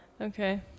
okay